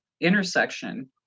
intersection